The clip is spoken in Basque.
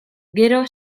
gero